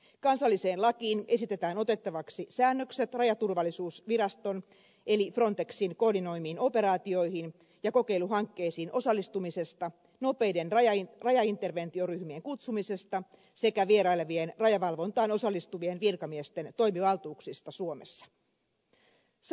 kansalliseen lakiin esitetään otettavaksi säännökset rajaturvallisuusviraston eli frontexin koordinoimiin operaatioihin ja kokeiluhankkeisiin osallistumisesta nopeiden rajainterventioryhmien kutsumisesta sekä vierailevien rajavalvontaan osallistuvien virkamiesten toimivaltuuksista suomessa